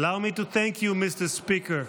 allow me to thank you, Mr. Speaker,